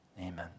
Amen